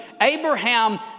Abraham